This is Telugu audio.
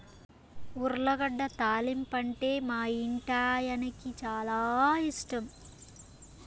ఉర్లగడ్డ తాలింపంటే మా ఇంటాయనకి చాలా ఇష్టం